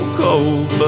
cold